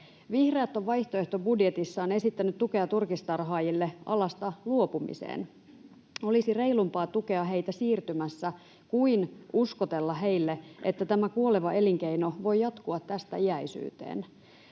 Vihreät ovat vaihtoehtobudjetissaan esittäneet tukea turkistarhaajille alasta luopumiseen. Olisi reilumpaa tukea heitä siirtymässä kuin uskotella heille, että tämä kuoleva elinkeino voi jatkua tästä iäisyyteen,